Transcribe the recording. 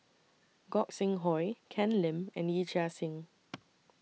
Gog Sing Hooi Ken Lim and Yee Chia Hsing